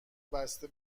بسته